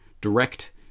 direct